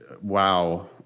wow